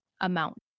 amount